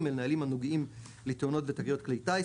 נהלים הנוגעים לתאונות ותקריות כלי טיס,